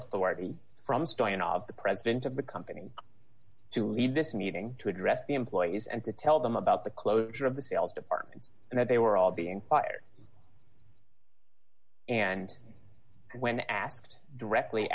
authority from still in awe of the president of the company to leave this meeting to address the employees and to tell them about the closure of the sales department and that they were all being fired and when asked directly